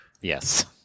Yes